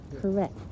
correct